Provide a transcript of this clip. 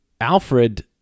Alfred